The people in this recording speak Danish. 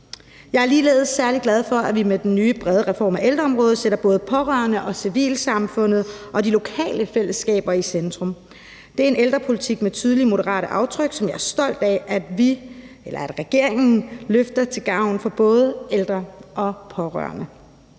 Jeg er ligeledes særlig glad for, at vi med den nye brede reform af ældreområdet sætter både de pårørende og civilsamfundet og de lokale fællesskaber i centrum. Det er en ældrepolitik med tydelige moderate aftryk, som jeg er stolt af at regeringen løfter til gavn for både ældre og pårørende.